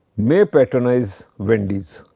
may patronize wendy's.